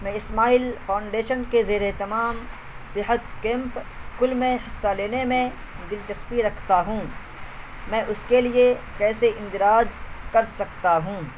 میں اسمائیل فاؤنڈیشن کے زیر اہتمام صحت کیمپ کل میں حصہ لینے میں دلچسپی رکھتا ہوں میں اس کے لیے کیسے اندراج کر سکتا ہوں